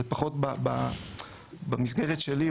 זה פחות במסגרת שלי,